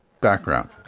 background